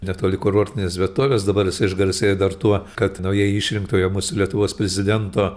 netoli kurortinės vietovės dabar jisai išgarsėjo dar tuo kad naujai išrinktojo mūsų lietuvos prezidento